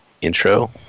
intro